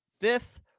Fifth